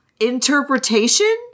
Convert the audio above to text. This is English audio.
interpretation